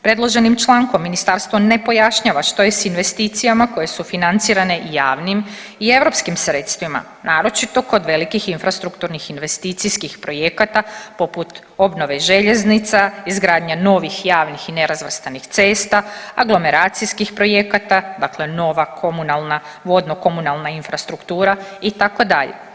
Predloženim člankom ministarstvo ne pojašnjava što je s investicijama koje su financirane javnim i europskim sredstvima naročito kod velikih infrastrukturnih investicijskih projekata poput obnove željeznica, izgradnje novih javnih i nerazvrstanih cesta, aglomeracijskih projekata, dakle nova komunalna, vodno-komunalna infrastruktura itd.